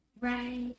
right